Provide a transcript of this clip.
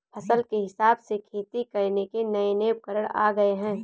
फसल के हिसाब से खेती करने के नये नये उपकरण आ गये है